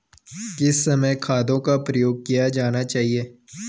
किस समय खादों का प्रयोग किया जाना चाहिए?